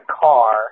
car